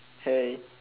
hey